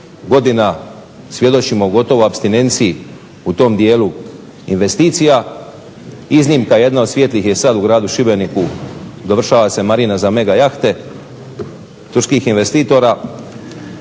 godina svjedočimo gotovo apstinenciji u tom dijelu investicija. Iznimka jedna od svijetlih je sad u gradu Šibeniku, dovršava se marina za mega jahte turskih investitora.